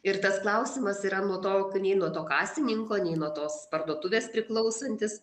ir tas klausimas yra nuo to nei nuo to kasininko nei nuo tos parduotuvės priklausantis